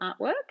artwork